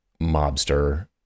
mobster